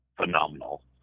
phenomenal